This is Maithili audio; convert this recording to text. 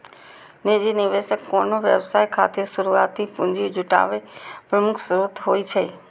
निजी निवेशक कोनो व्यवसाय खातिर शुरुआती पूंजी जुटाबै के प्रमुख स्रोत होइ छै